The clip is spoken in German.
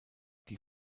die